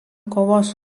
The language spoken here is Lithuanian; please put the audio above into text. kovos